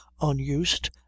unused